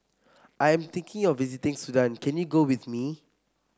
I'm thinking of visiting Sudan can you go with me